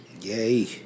Yay